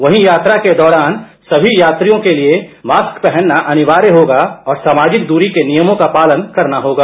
वहीं यात्रा के दौरान सभी यात्रियों के लिए मास्क पहना अनिवार्य होगा और सामाजिक दूरी के नियमों का पालन करना होगा